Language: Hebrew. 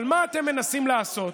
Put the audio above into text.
אבל מה אתם מנסים לעשות?